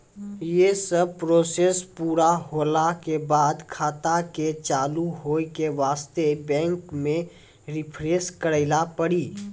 यी सब प्रोसेस पुरा होला के बाद खाता के चालू हो के वास्ते बैंक मे रिफ्रेश करैला पड़ी?